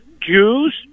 Jews